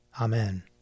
Amen